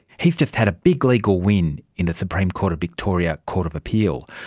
he's just had a big legal win in the supreme court of victoria court of appeal.